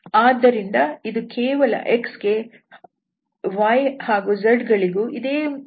ಆದ್ದರಿಂದ ಇದು ಕೇವಲ x ಗೆ yಹಾಗೂ z ಗಳಿಗೂ ಇದೇ ರೀತಿಯ ಮೌಲ್ಯ ದೊರೆಯುತ್ತದೆ